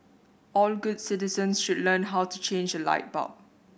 all good citizens should learn how to change a light bulb